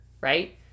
right